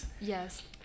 Yes